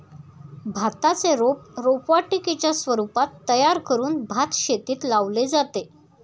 भाताचे रोप रोपवाटिकेच्या स्वरूपात तयार करून भातशेतीत लावले जाते